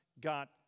got